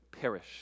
perish